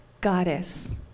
goddess